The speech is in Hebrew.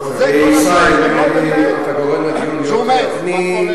ישראל, אתה גורם, ג'ומס,